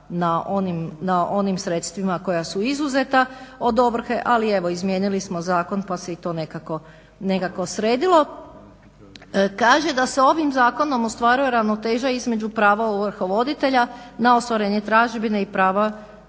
na onim sredstvima koja su izuzeta od ovrhe, ali evo izmijenili smo zakon pa se i to nekako sredilo. Kaže da se ovim zakonom ostvaruje ravnoteža između prava ovrhovoditelja na ostvarenje tražbine i prava ovršenika